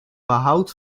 behoud